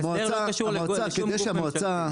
ההסדר לא היה קשור לשום גוף ממשלתי.